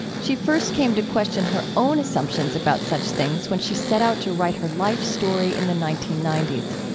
she first came to question her own assumptions about such things when she set out to write her life story in the nineteen ninety s.